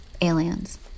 aliens